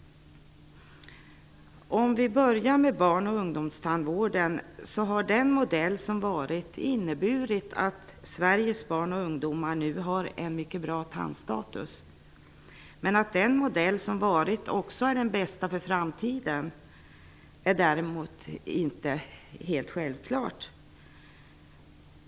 Den modell som funnits för barn och ungdomstandvården har inneburit att Sveriges barn och ungdomar nu har en mycket bra tandstatus. Att den modellen också är den bästa för framtiden är däremot inte helt självklart.